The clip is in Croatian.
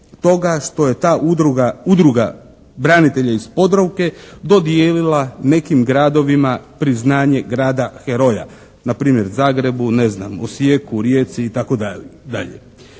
toga što je ta Udruga branitelja iz Podravke dodijelila nekim gradovima priznanje Grada heroja. Na primjer Zagrebu, ne znam, Osijeku, Rijeci i tako dalje.